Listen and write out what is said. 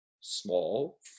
small